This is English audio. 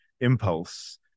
impulse